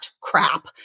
crap